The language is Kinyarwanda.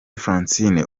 francine